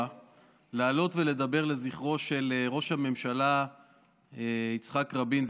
לעלות ולדבר לזכרו של ראש הממשלה יצחק רבין,